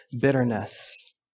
bitterness